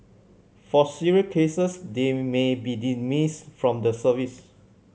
for serious cases they may be dismissed from the service